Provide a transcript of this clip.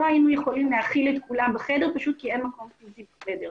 לא היינו יכולים להכיל את כולם בחדר כי אין מקום פיזי בחדר.